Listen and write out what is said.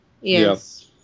Yes